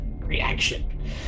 Reaction